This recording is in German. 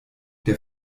der